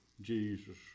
Jesus